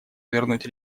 вернуть